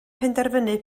penderfynu